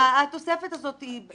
התוספת הזאת בעיניי מיותרת.